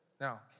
Now